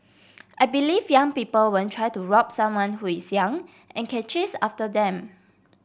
I believe young people won't try to rob someone who is young and can chase after them